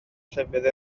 llefydd